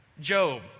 Job